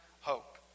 hope